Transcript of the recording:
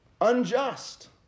unjust